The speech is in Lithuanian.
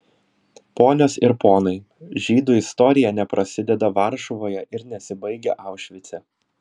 ponios ir ponai žydų istorija neprasideda varšuvoje ir nesibaigia aušvice